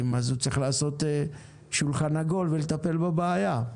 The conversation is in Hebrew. אז הוא צריך לעשות שולחן עגול ולטפל בבעיה.